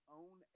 own